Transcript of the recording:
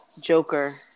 Joker